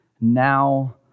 now